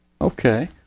Okay